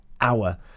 hour